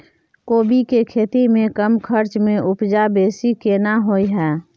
कोबी के खेती में कम खर्च में उपजा बेसी केना होय है?